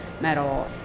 medal